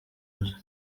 nzu